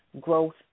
growth